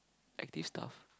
active stuff